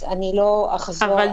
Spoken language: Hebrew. אז לא אחזור על דבריה.